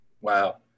Wow